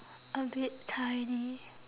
a bit tiny